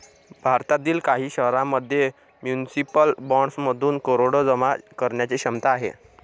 भारतातील काही शहरांमध्ये म्युनिसिपल बॉण्ड्समधून करोडो जमा करण्याची क्षमता आहे